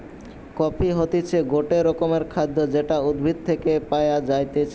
coffee হতিছে গটে রকমের খাদ্য যেটা উদ্ভিদ থেকে পায়া যাইতেছে